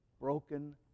broken